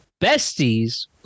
Besties